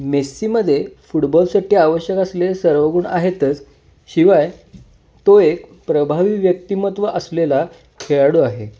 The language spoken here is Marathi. मेस्सीमध्ये फुटबॉलसाठी आवश्यक असले सर्व गुण आहेतच शिवाय तो एक प्रभावी व्यक्तिमत्त्व असलेला खेळाडू आहे